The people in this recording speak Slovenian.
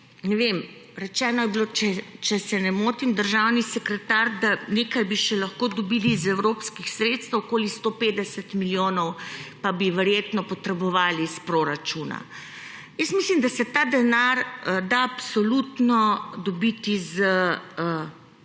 pomena. Rečeno je bilo, če se ne motim, državni sekretar, da nekaj bi še lahko dobili iz evropskih sredstev, okoli 150 milijonov pa bi verjetno potrebovali iz proračuna. Mislim, da se ta denar da absolutno dobiti s